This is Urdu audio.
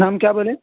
نام کیا بولے